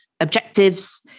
objectives